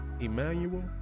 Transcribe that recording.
Emmanuel